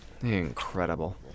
Incredible